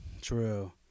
True